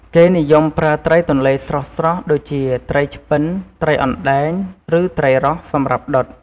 គេនិយមប្រើត្រីទន្លេស្រស់ៗ ដូចជា ត្រីឆ្ពិន ត្រីអណ្ដែង ឬត្រីរ៉ស់ សម្រាប់ដុត។